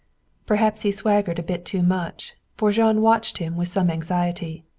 perhaps he swaggered a bit too much, for jean watched him with some anxiety.